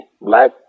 black